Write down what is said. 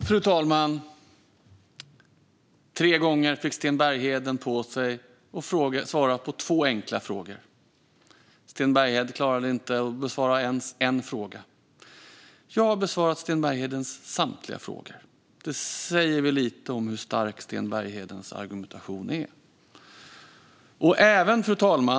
Fru talman! Tre gånger fick Sten Bergheden på sig att svara på två enkla frågor. Han klarade inte ens av att besvara en fråga. Jag har besvarat Sten Berghedens samtliga frågor. Det säger väl lite om hur stark hans argumentation är. Fru talman!